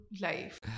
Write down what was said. life